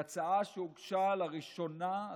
זו הצעה שהוגשה לראשונה,